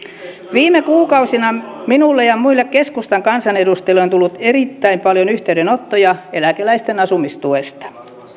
viime kuukausina minulle ja muille keskustan kansanedustajille on tullut erittäin paljon yhteydenottoja eläkeläisten asumistuesta